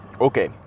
okay